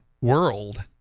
world